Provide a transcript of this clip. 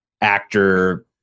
actor